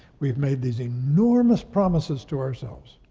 we've made these enormous promises to ourselves